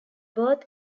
birth